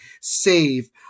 save